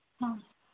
હા